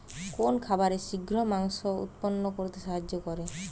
কোন খাবারে শিঘ্র মাংস উৎপন্ন করতে সাহায্য করে?